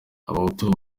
abahutu